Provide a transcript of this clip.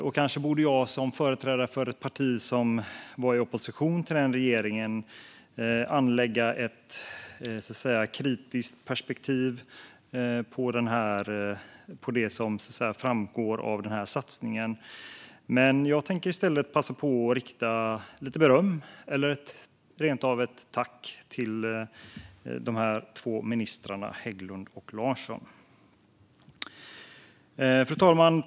Och kanske borde jag som företrädare för ett parti som var i opposition till den regeringen anlägga ett kritiskt perspektiv på det som framgår av Äldresatsningen, men jag vill i stället passa på att rikta lite beröm eller rent av ett tack till de två ministrarna Hägglund och Larsson. Fru talman!